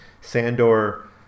Sandor